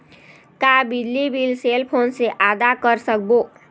का बिजली bill cell phone से आदा कर सकबो?